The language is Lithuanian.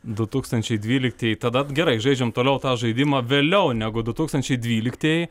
du tūkstančiai dvyliktieji tada gerai žaidžiam toliau tą žaidimą vėliau negu du tūkstančiai dvyliktieji